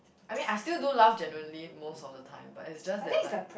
I mean I still do laugh genuinely most of the time but it's just that like